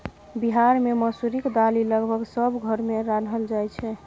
बिहार मे मसुरीक दालि लगभग सब घर मे रान्हल जाइ छै